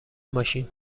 ماشین